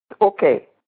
Okay